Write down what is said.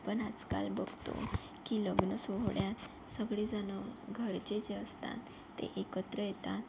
आपण आजकाल बघतो की लग्न सोहळ्यात सगळे जणं घरचे जे असतात ते एकत्र येतात